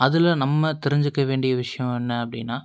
அதில் நம்ம தெரிஞ்சிக்க வேண்டிய விஷயம் என்ன அப்படின்னா